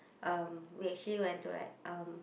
um we actually went to like um